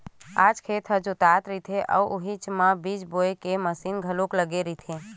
आज खेत ह जोतावत रहिथे अउ उहीच म बीजा ल बोए के मसीन घलोक लगे रहिथे